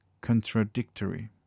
contradictory